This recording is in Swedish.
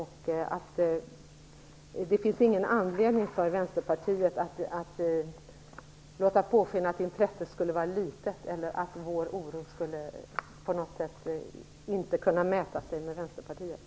Det finns ingen anledning för Vänsterpartiet att låta påskina att intresset från vår sida skulle vara litet eller att vår oro på något sätt inte skulle kunna mäta sig med Vänsterpartiets.